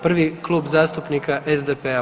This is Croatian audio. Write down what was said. Prvi Klub zastupnika SDP-a.